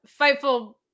Fightful